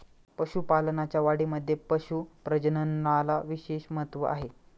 पशुपालनाच्या वाढीमध्ये पशु प्रजननाला विशेष महत्त्व आहे